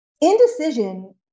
indecision